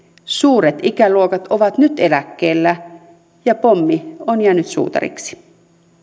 suuret ikäluokat ovat nyt eläkkeellä ja pommi on jäänyt suutariksi